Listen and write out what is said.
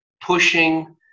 pushing